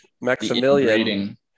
Maximilian